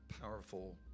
powerful